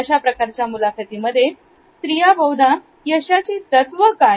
अशा प्रकारच्या मुलाखतीमध्ये स्त्रिया बहुदा यशाची तत्व काय